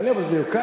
תן לי, אבל זה יוקם.